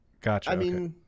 Gotcha